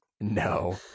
No